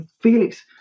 Felix